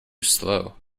slow